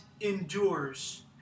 endures